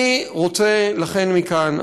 אני רוצה מכאן,